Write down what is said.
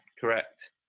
Correct